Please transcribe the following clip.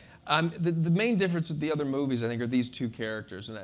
um the the main difference with the other movies i think are these two characters. and